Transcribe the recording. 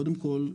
קודם כל,